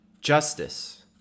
justice